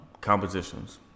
compositions